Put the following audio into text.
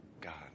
God